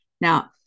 Now